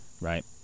right